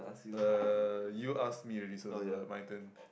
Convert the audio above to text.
uh you ask me already so it's my turn